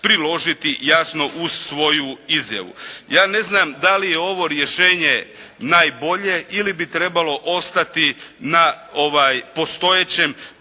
priložiti jasno uz svoju izjavu. Ja ne znam da li je ovo rješenje najbolje ili bi trebalo ostati na postojećem